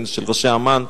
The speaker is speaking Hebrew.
של ראשי אמ"ן,